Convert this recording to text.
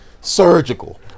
Surgical